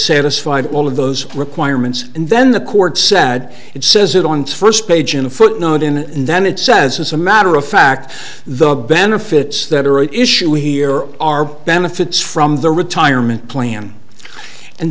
satisfied all of those requirements and then the court said it says it on the first page and a footnote in that it says as a matter of fact the benefits that are at issue here are benefits from the retirement plan and